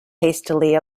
hastily